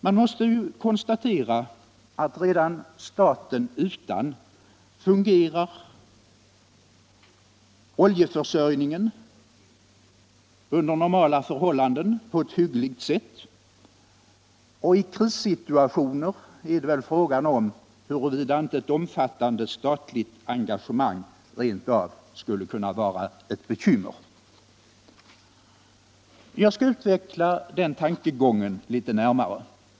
Man måste ju konstatera att staten förutan fungerar oljeförsörjningen under normala förhållanden på ett hyggligt sätt, och i en krissituation är det väl fråga om huruvida inte ett omfattande statligt engagemang rent av kan vara ett bekymmer. Jag skall utveckla den tankegången litet närmare.